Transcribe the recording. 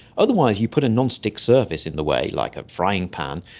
otherwise you put a non-stick surface in the way like a frying pan,